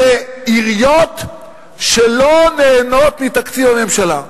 זה עיריות שלא נהנות מתקציב הממשלה.